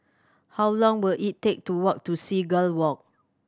how long will it take to walk to Seagull Walk